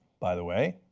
by the way,